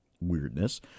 Weirdness